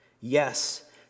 Yes